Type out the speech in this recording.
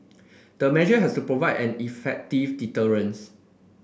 the measure has provide an effective deterrents